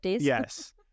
Yes